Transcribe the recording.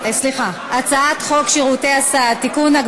הצעת חוק שירותי הסעד (תיקון,